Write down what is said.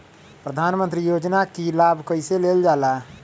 प्रधानमंत्री योजना कि लाभ कइसे लेलजाला?